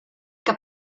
que